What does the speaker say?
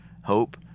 hope